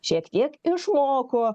šiek tiek išmoko